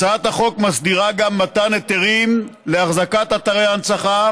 הצעת החוק מסדירה גם מתן היתרים לאחזקת אתרי הנצחה.